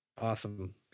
Awesome